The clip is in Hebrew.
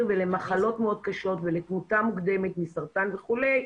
ולמחלות מאוד קשות ולתמותה מוקדמת מסרטן וכולי,